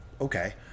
Okay